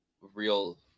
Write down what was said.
real